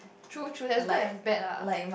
true true that's good I'm back lah